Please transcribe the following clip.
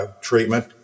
treatment